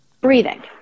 breathing